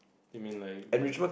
you mean like the